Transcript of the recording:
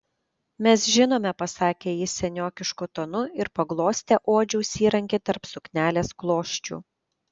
mes žinome pasakė ji seniokišku tonu ir paglostė odžiaus įrankį tarp suknelės klosčių